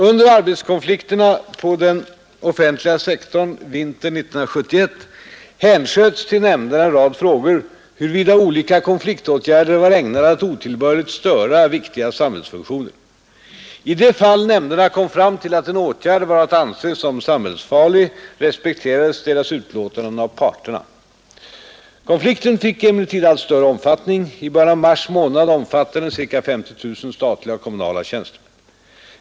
Under arbetskonflikterna på den offentliga sektorn vintern 1971 hänsköts till nämnderna en rad frågor huruvida olika konfliktätgärder var ägnade att otillbörligt störa viktiga samhällsfunktioner. I de fall nämnderna kom fram till att en åtgärd var att anse som samhällsfarlig respekterades deras utlåtanden av parterna. Konflikten fick emellertid allt större omfattning. I början av mars mänad omfattade den ca 50 000 statliga och kommunala tjänstemän.